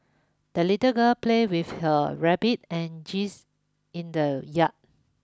the little girl played with her rabbit and geese in the yard